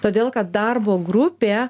todėl kad darbo grupė